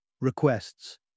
requests